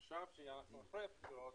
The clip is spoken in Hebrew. עכשיו, כשאנחנו אחרי הבחירות,